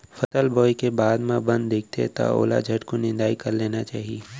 फसल बोए के बाद म बन दिखथे त ओला झटकुन निंदाई कर लेना चाही